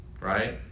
Right